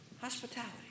hospitality